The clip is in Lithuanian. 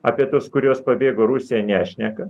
apie tuos kuriuos pabėgo rusija nešneka